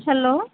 hello